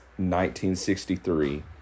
1963